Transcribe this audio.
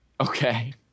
Okay